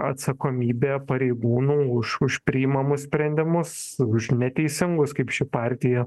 atsakomybė pareigūnų už už priimamus sprendimus už neteisingus kaip ši partija